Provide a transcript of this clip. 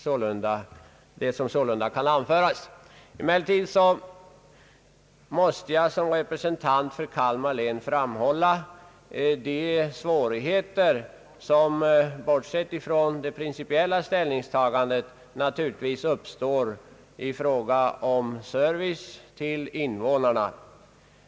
Som representant för Kalmar län måste jag emellertid framhålla de svårigheter som, bortsett från det princi piella ställningstagandet, naturligtvis uppstår i fråga om service till invånarna.